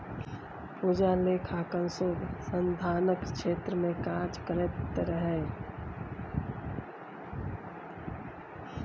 पूजा लेखांकन शोध संधानक क्षेत्र मे काज करैत रहय